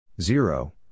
Zero